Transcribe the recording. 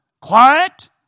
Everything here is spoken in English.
Quiet